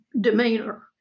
demeanor